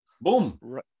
Boom